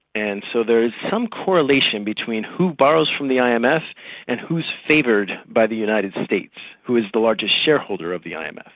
and so there is some correlation between who borrows from the um imf and who's favoured by the united states, who is the largest shareholder of the um imf.